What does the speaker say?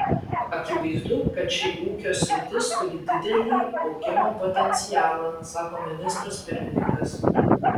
akivaizdu kad ši ūkio sritis turi didelį augimo potencialą sako ministras pirmininkas